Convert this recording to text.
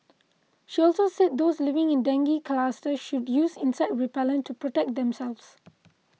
she also said those living in dengue clusters should use insect repellent to protect themselves